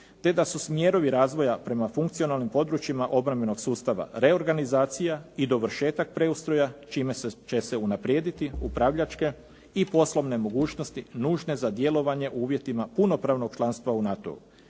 te da su smjerovi razvoja prema funkcionalnim područjima obrambenog sustava reorganizacija i dovršetak preustroja čime će se unaprijediti upravljačke i poslovne mogućnosti nužne za djelovanje u uvjetima punopravnog članstva u NATO-u.